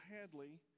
Hadley